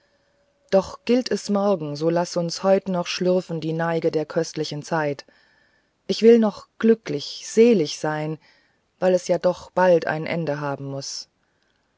doch gilt es morgen so laß uns heut noch schlürfen die neige der köstlichen zeit ich will noch glücklich selig sein weil es ja doch bald ein ende haben muß